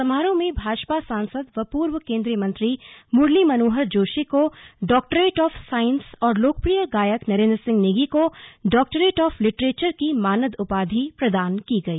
समारोह में भाजपा सांसद व पूर्व केंद्रीय मंत्री मुरली मनोहर जोशी को डाक्टरेट ऑफ साइंस और लोकप्रिय गायक नरेन्द्र सिंह नेगी को डॉक्टरेट ऑफ लिटरेचर की मानद उपाधि प्रदान की गई